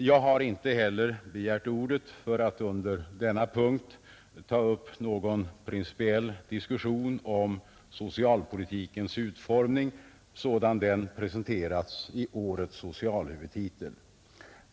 Jag har inte heller begärt ordet för att under denna punkt ta upp någon principiell diskussion om socialpolitikens utformning sådan den presenterats i årets socialhuvudtitel.